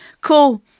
cool